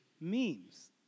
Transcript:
memes